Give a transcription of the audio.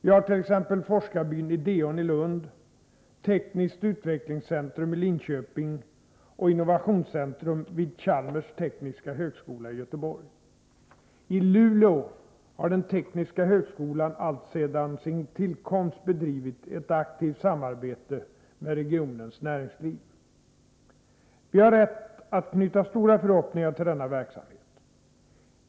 Vi har t.ex. forskarbyn Ideon i Lund, tekniskt utvecklingscentrum i Linköping och innovationscentrum vid Chalmers tekniska högskola i Göteborg. I Luleå har den tekniska högskolan alltsedan sin tillkomst bedrivit ett aktivt samarbete med regionens näringsliv. Vi har rätt att knyta stora förhoppningar till denna verksamhet.